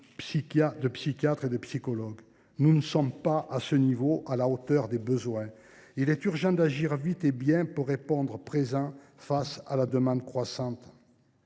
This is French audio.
de psychiatres et de psychologues. En ce domaine, nous ne sommes pas à la hauteur des besoins : il est urgent d’agir vite et bien pour répondre présent face à la demande croissante.